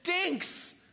stinks